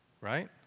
right